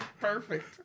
perfect